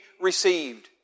received